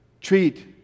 treat